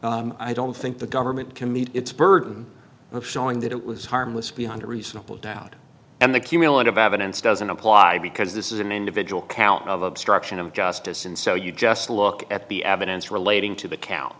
i don't think the government can meet its burden of showing that it was harmless beyond a reasonable doubt and the cumulative evidence doesn't apply because this is an individual count of obstruction of justice and so you just look at the evidence relating to the count